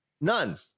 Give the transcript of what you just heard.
none